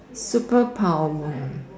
superpower